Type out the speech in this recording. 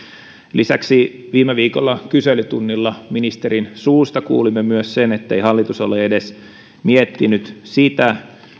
lisäksi viime viikolla kyselytunnilla ministerin suusta kuulimme myös sen ettei hallitus ole edes miettinyt sitä